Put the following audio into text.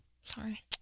sorry